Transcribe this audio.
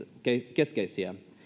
keskeisiä